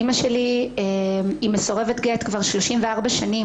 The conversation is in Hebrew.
אימא שלי היא מסורבת גט כבר 34 שנים.